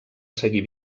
seguir